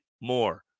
more